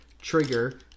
trigger